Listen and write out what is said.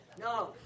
No